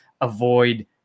avoid